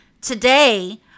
Today